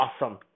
awesome